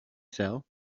sell